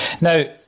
Now